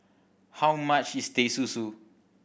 how much is Teh Susu